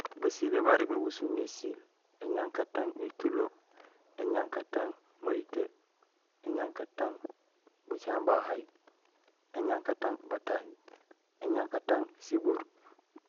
Basilé barégmé busumé ésiil; éñankatang nétulo, éñankatang mayitee, éñankatang bacaŋéén bahay, éñankatang batanj, éñankatang sibuur.